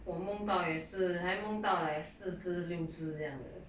我梦到也是还梦到四只六只这样的